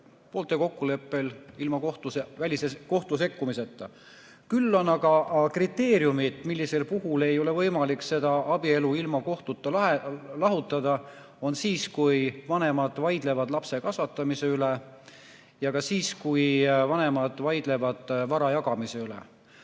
poolte kokkuleppel ilma kohtu sekkumiseta, küll on aga kriteeriumid, millisel puhul ei ole võimalik seda abielu ilma kohtuta lahutada. Need on siis, kui vanemad vaidlevad lapse kasvatamise üle, ja ka siis, kui vanemad vaidlevad vara jagamise üle.